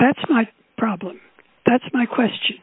that's my problem that's my question